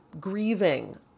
grieving